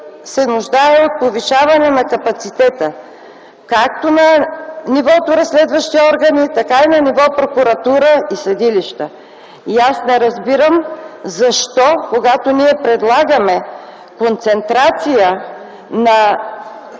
се нуждае от повишаване на капацитета както на ниво разследващи органи, така и на ниво прокуратура и съдилища. И аз не разбирам защо, когато ние предлагаме концентрация на